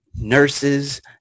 nurses